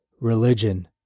Religion